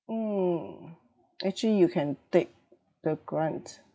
mm actually you can take the grant